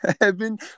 Heaven